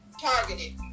targeted